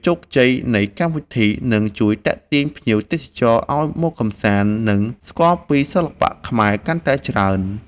ជោគជ័យនៃកម្មវិធីនឹងជួយទាក់ទាញភ្ញៀវទេសចរឱ្យមកកម្សាន្ត និង ស្គាល់ពីសិល្បៈខ្មែរកាន់តែច្រើន។